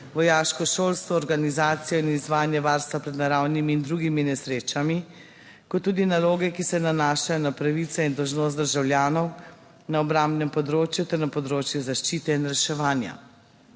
vojaško šolstvo, organizacijo in izvajanje varstva pred naravnimi in drugimi nesrečami, kot tudi naloge, ki se nanašajo na pravice in dolžnosti državljanov na obrambnem področju ter na področju zaščite in reševanja.